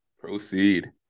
proceed